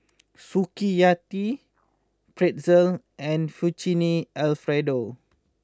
Sukiyaki Pretzel and Fettuccine Alfredo